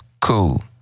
cool